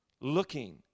looking